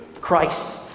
Christ